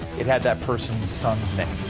it had that person's son's name.